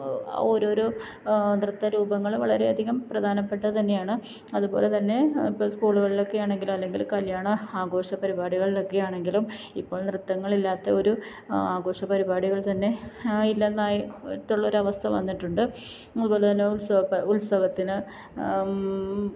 ഓരോരോ നൃത്തരൂപങ്ങൾ വളരെയധികം പ്രധാനപ്പെട്ടത് തന്നെയാണ് അതുപോലെത്തന്നെ ഇപ്പോൾ സ്കൂളുകളിലൊക്കെയാണെങ്കിൽ അല്ലെങ്കിൽ കല്യാണ ആഘോഷ പരിപാടികളിലൊക്കെയാണെങ്കിലും ഇപ്പോൾ നൃത്തങ്ങളില്ലാത്ത ഒരു ആഘോഷപരിപാടികൾ തന്നെ ഇല്ലെന്നായിട്ടുള്ളൊരവസ്ഥ വന്നിട്ടുണ്ട് അതുപോലെത്തന്നെ ഉത്സവ ഉത്സവത്തിന്